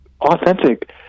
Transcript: authentic